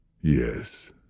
Yes